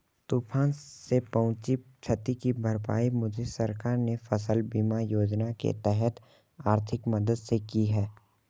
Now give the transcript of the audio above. तूफान से पहुंची क्षति की भरपाई मुझे सरकार ने फसल बीमा योजना के तहत आर्थिक मदद से की है